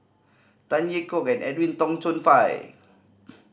Tan Yeok and Edwin Tong Chun Fai